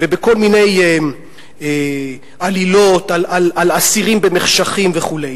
ובכל מיני עלילות על אסירים במחשכים וכו'.